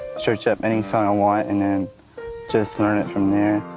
search up any song i want, and then just learn it from there.